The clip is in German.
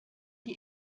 die